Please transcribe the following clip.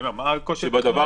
אני אומר: מה הקושי התכנוני?